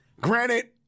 Granted